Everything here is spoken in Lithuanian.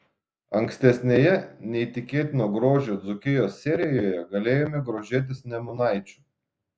ankstesnėje neįtikėtino grožio dzūkijos serijoje galėjome grožėtis nemunaičiu